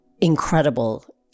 incredible